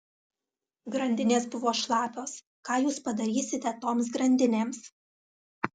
grandinės buvo šlapios ką jūs padarysite toms grandinėms